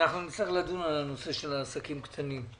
אנחנו נצטרך לדון בנושא העסקים הקטנים.